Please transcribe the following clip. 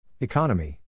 Economy